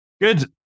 Good